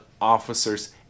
officers